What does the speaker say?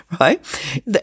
right